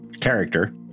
character